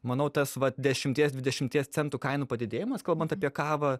manau tas va dešimties dvidešimties centų kainų padidėjimas kalbant apie kavą